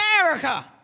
America